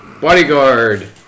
bodyguard